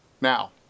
Now